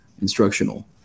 instructional